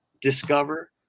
discover